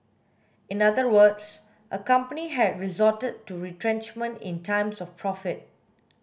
in other words a company had resorted to retrenchment in times of profit